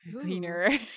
cleaner